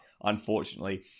Unfortunately